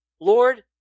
Lord